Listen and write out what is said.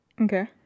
Okay